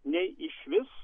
nei išvis